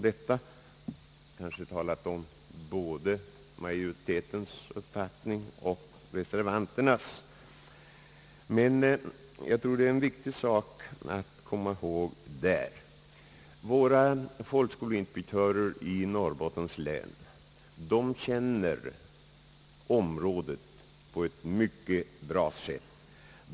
De har talat om både majoritetens uppfattning och reservanternas, men jag tror att det är en viktig sak att komma ihåg där. Våra folkskolinspektörer i Norrbottens län känner området mycket bra.